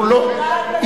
אנחנו לא,